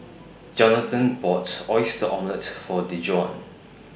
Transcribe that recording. Jonathan bought Oyster Omelette For Dejuan